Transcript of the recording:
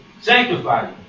sanctify